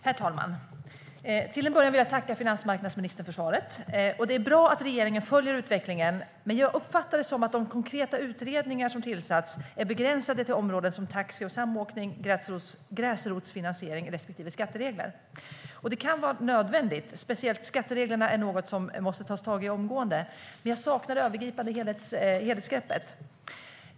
Herr talman! Till en början vill jag tacka finansmarknadsministern för svaret. Det är bra att regeringen följer utvecklingen, men jag uppfattar det som att de konkreta utredningar som har tillsatts är begränsade till områden som taxi och samåkning, gräsrotsfinansiering respektive skatteregler. Det kan vara nödvändigt - speciellt skattereglerna är något som det måste tas tag i omgående - men jag saknar det övergripande helhetsgreppet.